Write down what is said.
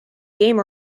game